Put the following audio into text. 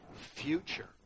future